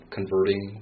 Converting